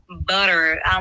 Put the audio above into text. butter